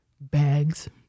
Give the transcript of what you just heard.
bags